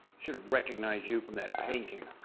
should have recognised you from that painting.